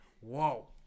Whoa